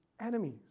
enemies